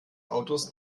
autos